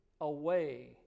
away